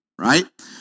right